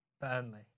Burnley